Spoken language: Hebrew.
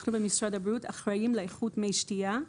אנחנו במשרד הבריאות אחראים לאיכות מי השתייה,